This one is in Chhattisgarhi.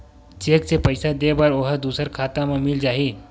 चेक से पईसा दे बर ओहा दुसर खाता म मिल जाही?